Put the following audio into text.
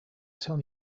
tell